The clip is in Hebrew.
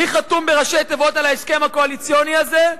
מי חתום בראשי תיבות על ההסכם הקואליציוני הזה?